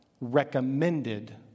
recommended